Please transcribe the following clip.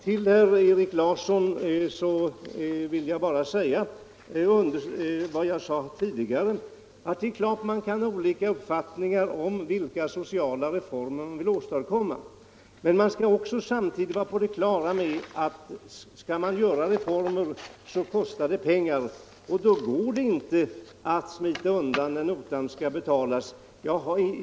För herr Erik Larsson vill jag bara upprepa vad jag sade tidigare, att man naturligtvis kan ha olika uppfattningar om vilka sociala reformer man helst vill åstadkomma. Samtidigt bör man dock vara på det klara med att det kostar pengar att genomföra reformer och att det inte går att smita undan när notan sedan skall betalas.